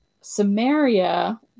Samaria